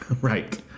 Right